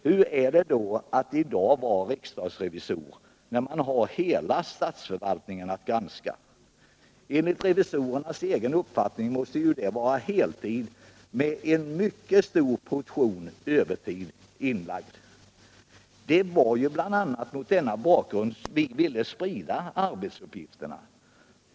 Hur är det då att i dag vara riksdagsrevisor, när man har hela statsförvaltningen att granska? Enligt revisorernas egen uppfattning måste detta vara ett heltidsarbete med en mycket stor portion övertid inlagd. Det var bl.a. mot denna bakgrund som vi ville sprida arbetsuppgifterna.